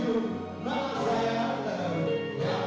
you know